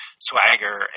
Swagger